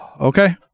Okay